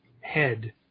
head